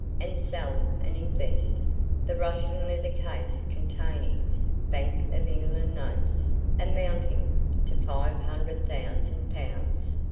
and sell and invest the russian leather case containing bank of england notes amounting to five hundred thousand pounds.